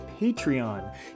Patreon